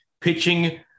Pitching